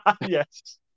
Yes